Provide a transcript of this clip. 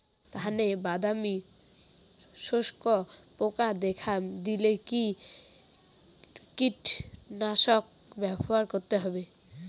ধানে বাদামি শোষক পোকা দেখা দিলে কি কীটনাশক ব্যবহার করতে হবে?